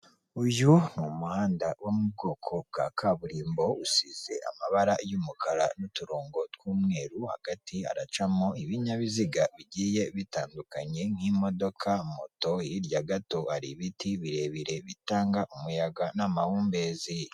Uyu ni umuhanda wo mu bwoko bwa kaburimbo usize amabara y'umukara n'uturongo tw'umweru, hagati haracamo ibinyabiziga bigiye bitandukanye nk'imodoka moto, hirya gato hari ibiti birebire bitanga umuyaga n'amahumbezi.